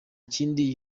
kindi